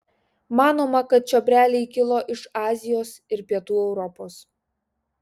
manoma kad čiobreliai kilo iš azijos ir pietų europos